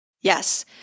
Yes